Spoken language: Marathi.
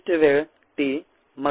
विशिष्ट वेळ t